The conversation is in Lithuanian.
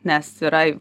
nes yra